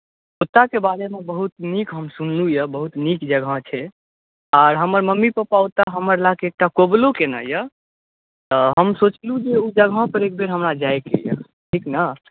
ओतऽके बारेमे बहुत नीक हम सुनलहुँ हँ बहुत नीक जगह छै आओर हमर मम्मी पापा हमरा लए ओतऽ कबुलो कयने यऽ हम सोचलहुँ जे ओ जगह पर हमरा एक बेर जाय के यऽ ठीक ने